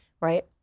right